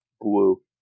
blue